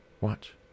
Watch